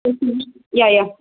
yes ma'am ya ya